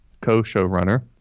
co-showrunner